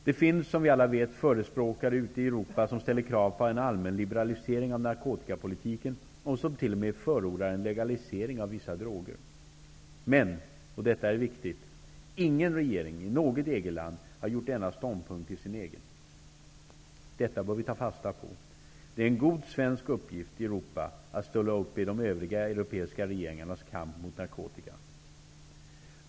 Det finns, som vi alla vet, förespråkare ute i Europa som ställer krav på en allmän liberalisering av narkotikapolitiken och som t.o.m. förordar en legalisering av vissa droger. Men, och detta är viktigt, ingen regering i något EG-land har gjort denna ståndpunkt till sin. Detta bör vi ta fasta på. Det är en god svensk uppgift i Europa att ställa upp i de övriga europeiska regeringarnas kamp mot narkotikan.